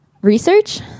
research